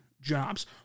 Jobs